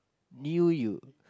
knew you